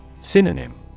Synonym